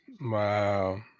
Wow